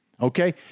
okay